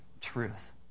truth